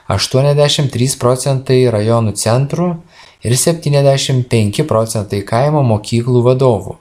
aštuoniasdešim trys procentai rajonų centrų ir septyniasdešim penki procentai kaimo mokyklų vadovų